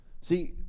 See